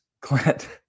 Clint